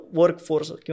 workforce